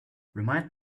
remind